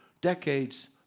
decades